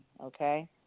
okay